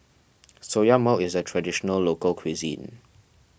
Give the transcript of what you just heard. Soya mall is a Traditional Local Cuisine